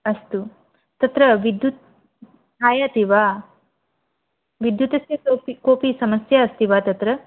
अस्तु तत्र विद्युत् आयाति वा विद्युतः कोपि कोऽपि समस्या अस्ति वा तत्र